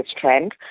trend